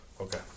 Okay